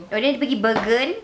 then you pergi bergen